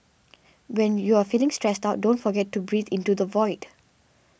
when you are feeling stressed out don't forget to breathe into the void